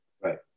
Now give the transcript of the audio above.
Right